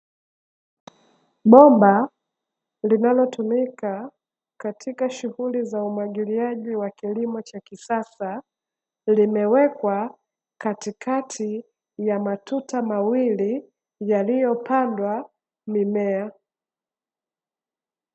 Bomba linalotumika katika shughuli za umwagiliaji wa kilimo cha kisasa, limewekwa katikati ya matuta mawili, yaliyopandwa mimea.